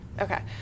Okay